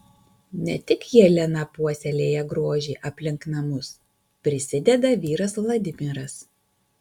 ne tik jelena puoselėja grožį aplink namus prisideda vyras vladimiras